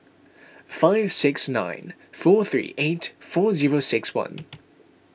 five six nine four three eight four zero six one